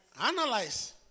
Analyze